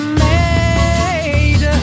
made